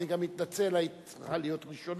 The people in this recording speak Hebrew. אני גם מתנצל, היית צריכה להיות ראשונה,